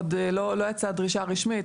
עוד לא יצאה דרישה רשמית.